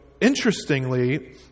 interestingly